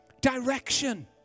direction